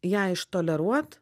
ją ištoleruot